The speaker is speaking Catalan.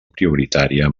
prioritària